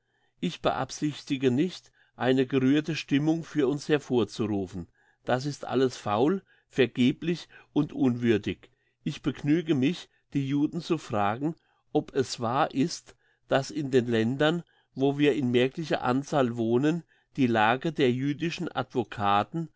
ich beabsichtige nicht eine gerührte stimmung für uns hervorzurufen das ist alles faul vergeblich und unwürdig ich begnüge mich die juden zu fragen ob es wahr ist dass in den ländern wo wir in merklicher anzahl wohnen die lage der jüdischen